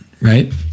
Right